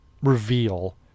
reveal